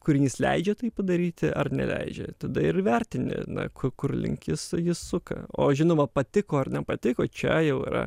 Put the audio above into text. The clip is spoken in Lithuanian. kūrinys leidžia tai padaryti ar neleidžia tada ir vertini na kur link jis jis suka o žinoma patiko ar nepatiko čia jau yra